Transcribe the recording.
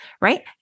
right